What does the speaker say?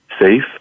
safe